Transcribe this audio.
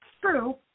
true